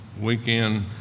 weekend